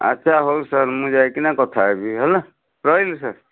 ଆଚ୍ଛା ହଉ ସାର୍ ମୁଁ ଯାଇକିନା କଥା ହେବି ହେଲା ରହିଲି ସାର୍